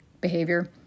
behavior